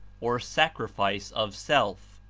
or sacrifice of self.